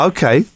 Okay